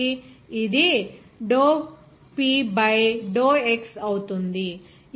ఇది d P by d x అవుతుంది